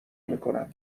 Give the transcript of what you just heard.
میکنم